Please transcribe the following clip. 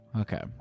Okay